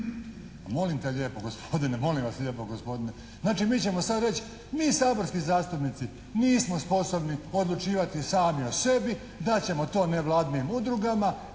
molim vas lijepo gospodine. Znači, mi ćemo sada reći, mi saborski zastupnici, mi nismo sposobni odlučivati sami o sebi, dat ćemo to nevladinim udrugama